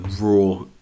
raw